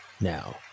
Now